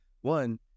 one